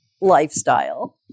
lifestyle